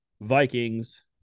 Vikings